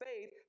faith